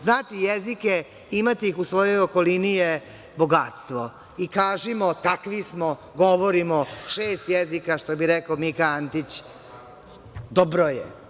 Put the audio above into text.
Znati jezike, imati ih u svojoj okolini je bogatstvo i kažimo – takvi smo, govorimo šest jezika, što bi rekao Mika Antić, dobro je.